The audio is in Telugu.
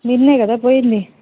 నిన్నే కదా పోయింది